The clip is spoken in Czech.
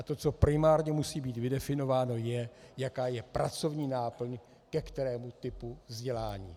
To, co primárně musí být vydefinováno, je, jaká je pracovní náplň ke kterému typu vzdělání.